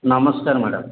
ନମସ୍କାର ମ୍ୟାଡ଼ାମ୍